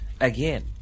again